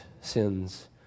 sins